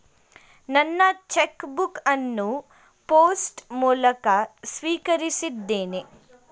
ನನ್ನ cheque book ಅನ್ನು post ಮೂಲಕ ಸ್ವೀಕರಿಸಿದ್ದೇನೆ